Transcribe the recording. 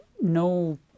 No